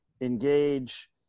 Engage